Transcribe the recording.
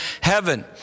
heaven